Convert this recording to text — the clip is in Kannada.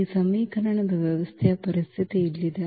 ಈ ಸಮೀಕರಣದ ವ್ಯವಸ್ಥೆಯ ಪರಿಸ್ಥಿತಿ ಇಲ್ಲಿದೆ